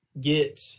get